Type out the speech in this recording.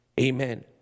Amen